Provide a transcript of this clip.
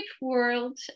world